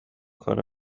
کنه